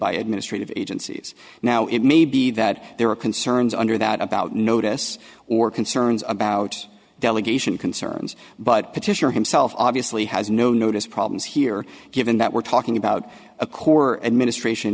by administrative agencies now it may be that there are concerns under that about notice or concerns about delegation concerns but petitioner himself obviously has no notice problems here given that we're talking about a core administration